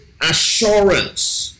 assurance